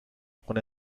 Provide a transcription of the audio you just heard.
خونه